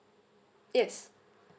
yes